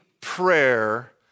prayer